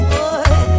Boy